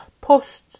post